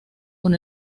con